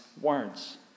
words